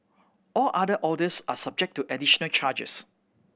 all other orders are subject to additional charges